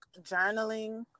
journaling